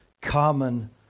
common